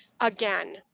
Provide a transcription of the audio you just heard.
again